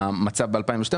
המצב ב-2012,